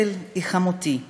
אתל היא חמותי,